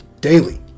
daily